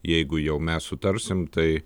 jeigu jau mes sutarsim tai